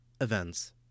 Events